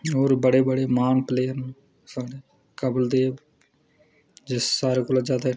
होर बड़े बड़े महान प्लेयर न कपिल देव जिस सारे कोला जादै